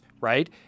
right